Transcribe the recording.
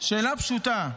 שאלה פשוטה: